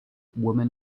woman